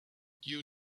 you